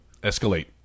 escalate